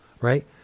right